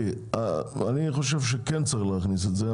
אני חושב שכן צריך להכניס את זה,